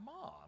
Mom